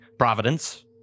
Providence